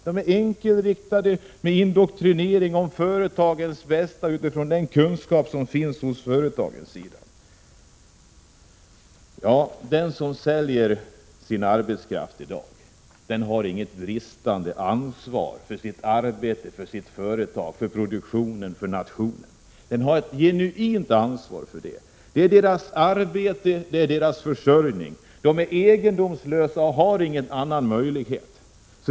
De innebär indoktrinering om företagens bästa utifrån den kunskap som finns på företagens sida. De som säljer sin arbetskraft i dag har inget bristande ansvar för sitt arbete, för sitt företag, för produktionen eller för nationen. Vederbörande har ett genuint ansvar för allt detta. Det är deras arbete och deras försörjning. De är egendomslösa och har ingen annan möjlighet.